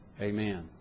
Amen